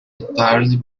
entirely